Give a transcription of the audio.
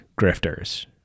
grifters